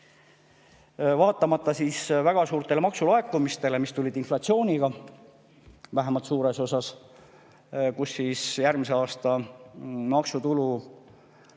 vaatamata väga suurtele maksulaekumistele, mis tulid inflatsiooniga, vähemalt suures osas, järgmise aasta maksutulu